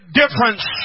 difference